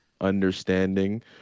understanding